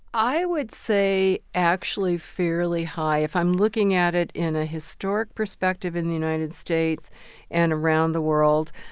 i would say actually fairly high. if i'm looking at it in a historic perspective in the united states and around the world,